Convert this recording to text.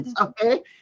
Okay